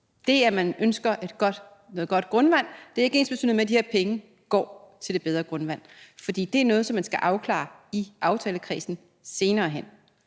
Det, at man ønsker noget godt grundvand, er ikke ensbetydende med, at de her penge går til et bedre grundvand, for det er noget, man skal afklare i aftalekredsen senere hen.